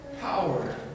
power